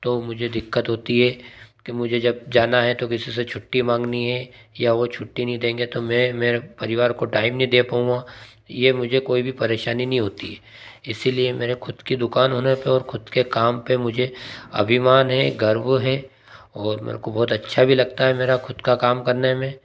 तो मुझे दिक्कत होती है कि मुझे जब जाना है तो किसी से छुट्टी मांगनी है या वो छुट्टी नहीं देंगे तो मैं परिवार को टाइम नहीं दे पाऊँगा ये मुझे कोई भी परेशानी नहीं होती है इसीलिए मेरे खुद की दुकान होने पे और खुद के काम पे मुझे अभिमान है गर्व है और मेरे को बहुत अच्छा भी लगता है मेरा खुद का काम करने में